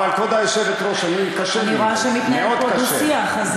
אם אנחנו לא נותנים לך לדבר חצי שעה, זה